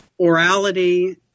orality